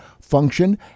function